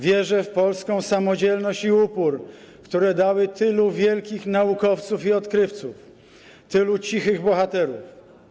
Wierzę w polską samodzielność i upór, które dały tylu wielkich naukowców i odkrywców, tylu cichych bohaterów.